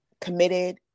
committed